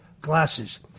glasses